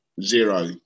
Zero